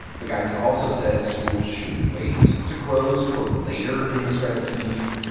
the guidance also says schools should wait to close, quote, later in the spread of disease.